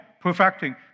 perfecting